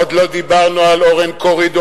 עוד לא דיברנו על אורן קורידו,